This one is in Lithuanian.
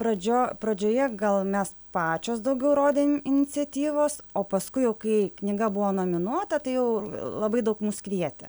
pradžio pradžioje gal mes pačios daugiau rodėm iniciatyvos o paskui jau kai knyga buvo nominuota tai jau labai daug mus kvietė